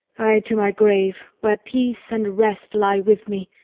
i to my grave, where peace and rest lie with me!